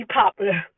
popular